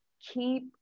Keep